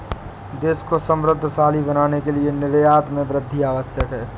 देश को समृद्धशाली बनाने के लिए निर्यात में वृद्धि आवश्यक है